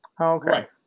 Okay